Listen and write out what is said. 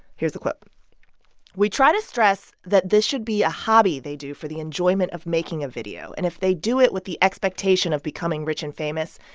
here's the quote we try to stress that this should be a hobby they do for the enjoyment of making a video. and if they do it with the expectation of becoming rich and famous,